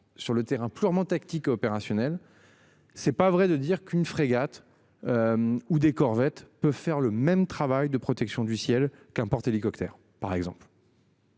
sur le terrain purement tactique opérationnel. C'est pas vrai de dire qu'une frégate. Ou des Corvette peut faire le même travail de protection du ciel qu'un porte-hélicoptères par exemple.